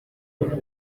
ibintu